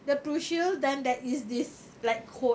the PRUShield then there is this like code